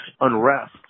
unrest